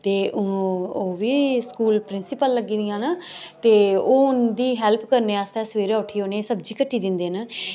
ते ओह् ओह् बी स्कूल प्रिंसीपल लग्गी दियां न ते ओह् उं'दी हैल्प करने आस्तै सवेरै उट्ठियै उ'नें गी सब्जी कट्टी दिंदे न कि